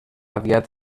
aviat